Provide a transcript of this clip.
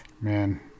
man